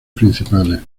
principales